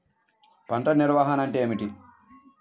పంట నిర్వాహణ అంటే ఏమిటి?